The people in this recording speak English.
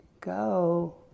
go